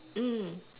mm